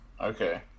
Okay